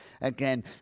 again